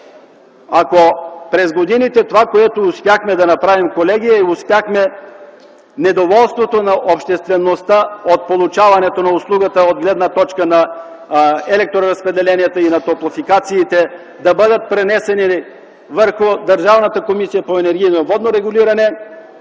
Ако през годините това, което успяхме да направим, колеги, е, че успяхме недоволството на обществеността от получаването на услугата от гледна точка на електроразпределенията и на топлофикациите да бъде пренесено върху